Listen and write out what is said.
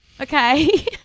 Okay